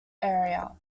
area